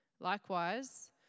Likewise